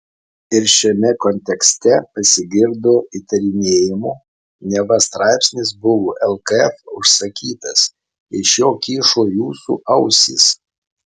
ir šiame kontekste pasigirdo įtarinėjimų neva straipsnis buvo lkf užsakytas iš jo kyšo jūsų ausys